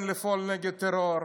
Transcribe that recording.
מתכוון לפעול נגד טרור,